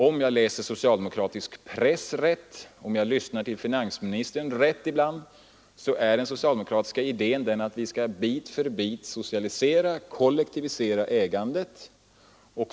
Om jag läser socialdemokratisk press rätt och om jag lyssnar rätt till finansministern är den socialdemokratiska idén att vi bit för bit skall socialisera, kollektivisera ägandet.